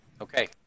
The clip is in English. Okay